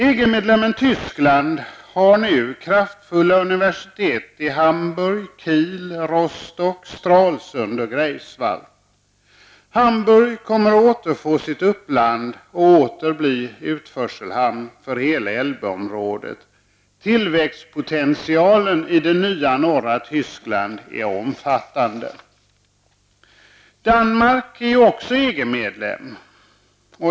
EG-medlemmen Tyskland har nu kraftfulla universitet i Hamburg, Kiel, Rostock, Stralsund och Greifswald. Hamburg kommer att återfå sitt uppland och åter bli utförselhamn för hela Tyskland är omfattande. Danmark är ju ockå EG-medlem.